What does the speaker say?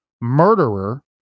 murderer